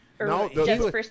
No